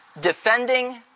Defending